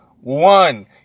one